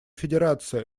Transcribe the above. федерация